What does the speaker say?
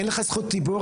אין לך זכות דיבור,